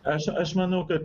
aš aš manau kad